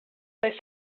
was